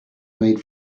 made